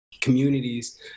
communities